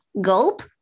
Gulp